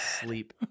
sleep